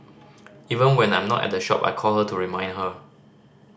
even when I'm not at the shop I call her to remind her